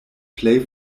plej